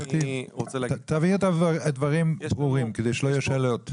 תבהיר דברים ברורים כדי שלא יהיו שאלות.